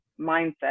mindset